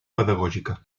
pedagògica